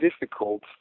difficult